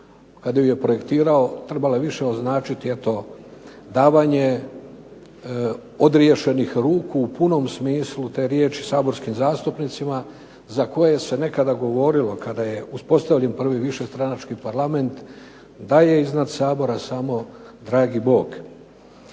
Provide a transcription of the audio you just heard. kada ju je projektirao trebala je više označiti davanje odriješenih ruku, u punom smislu te riječi saborskim zastupnicima za koje se nekada govorilo kada je uspostavljen prvi višestranački parlament da je iznad Sabora samo Dragi Bog.